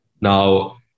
Now